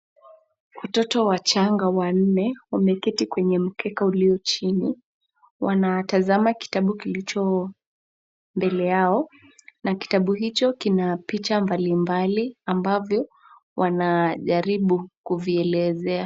Watoto wachanga wanne wameketi kwenye mkeka ulio chini. Wanatazama kitabu kilicho mbele yao, na kitabu hicho kina picha mbalimbali ambavyo wanajaribu kuvielezea.